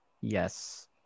yes